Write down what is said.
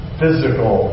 physical